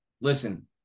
Listen